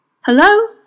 Hello